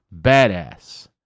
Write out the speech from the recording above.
badass